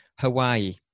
Hawaii